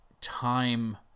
time